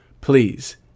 Please